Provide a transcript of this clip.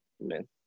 Amen